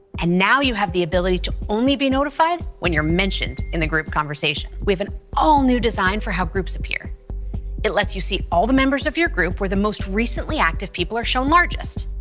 and now you have the ability to only be notified when you're mentioned in a group conversation. with an all new design for how groups appear it let's you see all the members of your group where the most recently active people are shown largest.